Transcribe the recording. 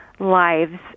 lives